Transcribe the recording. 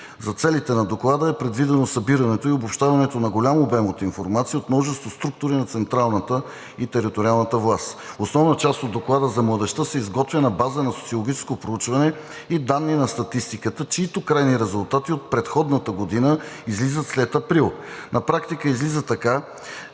За целите на доклада е предвидено събирането и обобщаването на голям обем от информация от множество структури на централната и териториалната власт. Основна част от доклада за младежта се изготвя на база на социологическо проучване и данни на статистиката, чиито крайни резултати от предходната година излизат след април. На практика излиза така,